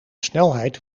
snelheid